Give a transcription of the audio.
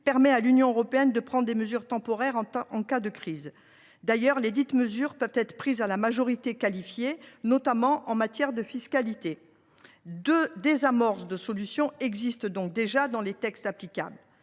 que l’Union européenne peut prendre des mesures temporaires en cas de crise. Lesdites mesures peuvent être prises à la majorité qualifiée, notamment en matière de fiscalité. Des amorces de solutions existent donc déjà dans les textes applicables.